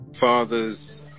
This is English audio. father's